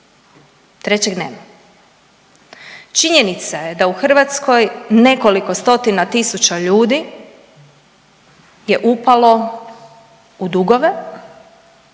Trećeg nema. Činjenica je da u Hrvatskoj nekoliko stotina tisuća ljudi je upalo u dugove